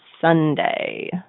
Sunday